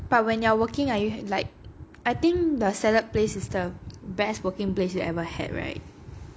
but when you're working are you like I think the salad place is the best working place you ever had right